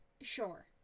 Sure